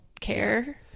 care